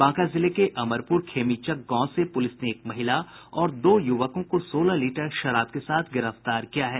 बांका जिले के अमरपुर खेमीचक गांव से पुलिस ने एक महिला और दो युवकों को सोलह लीटर शराब के साथ गिरफ्तार किया है